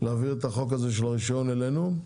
להעביר את החוק הזה של הרישיון אלינו,